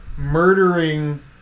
murdering